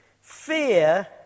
Fear